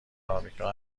امریکا